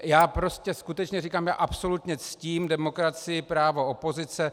Já prostě skutečně říkám, já absolutně ctím demokracii, právo opozice.